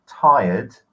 tired